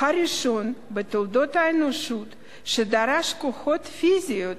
הראשון בתולדות האנושות שדרש הוכחות פיזיות